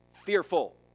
fearful